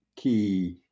key